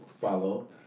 Follow